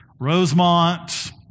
Rosemont